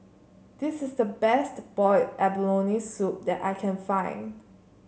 this is the best Boiled Abalone Soup that I can find